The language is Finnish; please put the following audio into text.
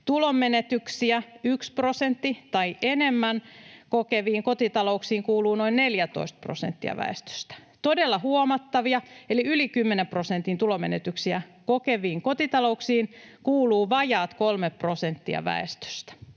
Tulonmenetyksiä, 1 prosentti tai enemmän, kokeviin kotitalouksiin kuuluu noin 14 prosenttia väestöstä. Todella huomattavia eli yli 10 prosentin tulonmenetyksiä kokeviin kotitalouksiin kuuluu vajaat kolme prosenttia väestöstä”